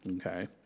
Okay